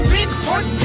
Bigfoot